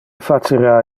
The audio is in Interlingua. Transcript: facera